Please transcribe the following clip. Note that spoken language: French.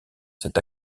cet